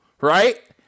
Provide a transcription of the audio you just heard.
right